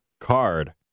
card